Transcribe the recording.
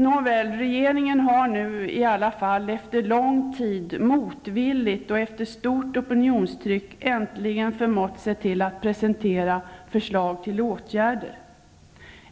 Nåväl, regeringen har nu i alla fall efter lång tid motvilligt och efter stort opinionstryck äntligen förmått sig att presentera förslag till åtgärder.